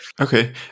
Okay